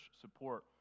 support